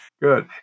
Good